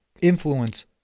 influence